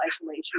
isolation